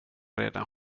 redan